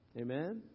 Amen